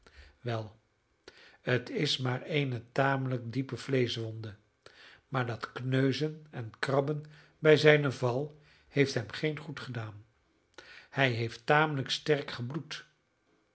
wel het is maar eene tamelijk diepe vleeschwonde maar dat kneuzen en krabben bij zijnen val heeft hem geen goed gedaan hij heeft tamelijk sterk gebloed